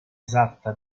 esatta